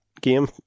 game